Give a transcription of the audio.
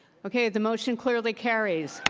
okay. the motion clearly carries.